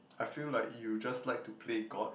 I feel like you just like to play god